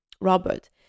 Robert